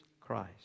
Christ